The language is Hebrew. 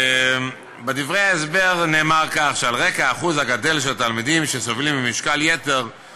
בדברי ההסבר נאמר שעל רקע האחוז הגדל של התלמידים שסובלים ממשקל-יתר,